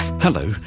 Hello